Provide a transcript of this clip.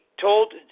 told